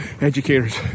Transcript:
educators